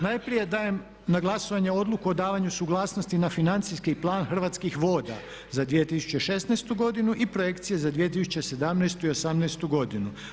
Najprije dajem na glasovanje Odluku o davanju suglasnosti na Financijski plan Hrvatskih voda za 2016. godinu i projekcije za 2017. i osamnaestu godinu.